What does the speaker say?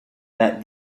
that